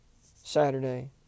Saturday